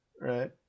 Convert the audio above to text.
right